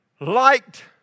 liked